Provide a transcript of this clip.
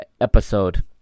episode